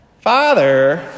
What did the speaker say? Father